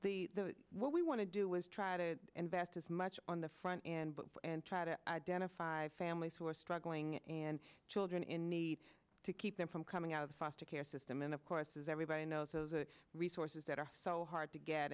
the the what we want to do is try to invest as much on the front end but and try to identify families who are struggling and children in need to keep them from coming out of foster care system and of course as everybody knows those are the resources that are hard to get